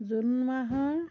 June মাহৰ